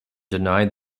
denied